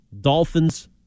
Dolphins